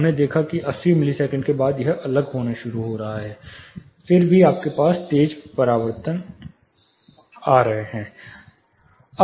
हमने देखा कि 80 मिलीसेकंड के बाद यह अलग होना शुरू हो रहा है फिर भी आपके पास तेज परावर्तन आ रहे हैं